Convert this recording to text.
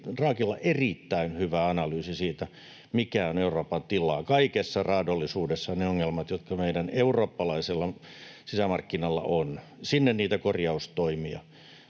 Draghilla on erittäin hyvä analyysi siitä, mikä on Euroopan tila, kaikessa raadollisuudessaan ne ongelmat, jotka meidän eurooppalaisella sisämarkkinallamme on — sinne niitä korjaustoimia.